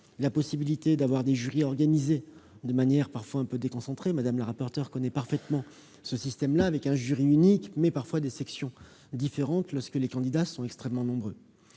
la possibilité d'avoir des jurys organisés de manière parfois un peu déconcentrée- Mme la rapporteur connaît parfaitement ce système -: il peut y avoir un jury unique, mais avec des sections différentes lorsque les candidats sont extrêmement nombreux.